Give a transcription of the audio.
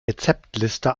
rezeptliste